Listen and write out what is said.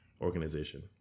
Organization